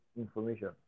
information